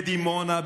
בדימונה,